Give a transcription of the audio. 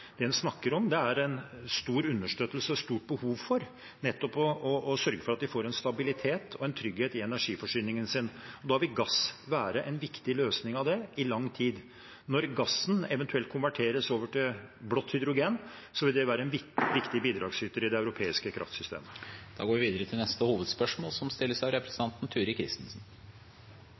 Det en snakker om, er at det er et stort behov for å sørge for stabilitet og trygghet i energiforsyningen sin. Da vil gass være en viktig løsning på det i lang tid. Når gassen eventuelt konverteres over til blått hydrogen, vil det være en viktig bidragsyter i det europeiske kraftsystemet. Vi går videre til neste hovedspørsmål.